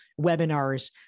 webinars